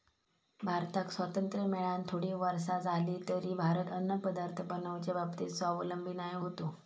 भारताक स्वातंत्र्य मेळान थोडी वर्षा जाली तरी भारत अन्नपदार्थ बनवच्या बाबतीत स्वावलंबी नाय होतो